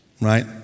Right